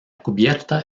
cubierta